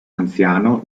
anziano